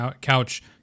couch